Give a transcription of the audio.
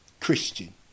Christian